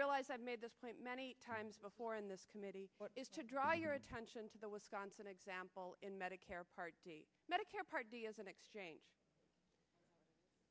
realize i've made this point many times before in this committee is to draw your attention to the wisconsin example in medicare part d medicare part d is an exchange